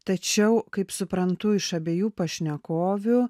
tačiau kaip suprantu iš abiejų pašnekovių